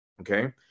Okay